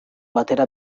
batera